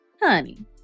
honey